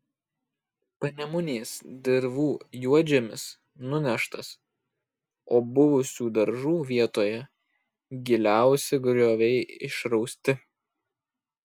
panemunės dirvų juodžemis nuneštas o buvusių daržų vietoje giliausi grioviai išrausti